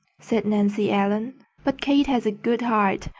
said nancy ellen, but kate has a good heart.